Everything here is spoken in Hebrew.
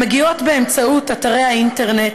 המגיעות באמצעות אתרי האינטרנט,